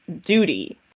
duty